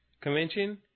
convention